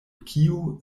kiu